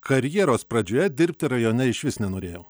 karjeros pradžioje dirbti rajone išvis nenorėjo